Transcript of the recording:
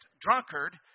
drunkard